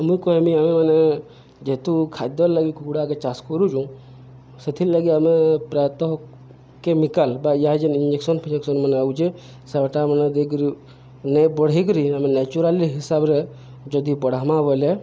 ଆମକୁ ଆମେ ମାନେ ଯେହେତୁ ଖାଦ୍ୟ ଲାଗି କୁକୁଡ଼ା ଆକେ ଚାଷ କରୁଚୁଁ ସେଥିର୍ ଲାଗି ଆମେ ପ୍ରାୟତଃ କେମିକାଲ ବା ୟ ଯେନ୍ ଇଞ୍ଜେକ୍ସନ ଫିଞ୍ଜେକ୍ସନ ମାନେ ଆଉଚେ ସେଭଟା ମାନେ ଦେଇକିରି ନେଁ ବଢ଼େଇକିରି ଆମେ ନେଚୁରାଲି ହିସାବରେ ଯଦି ବଢ଼ାମା ବୋଇଲେ